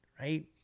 right